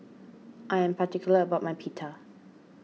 I am particular about my Pita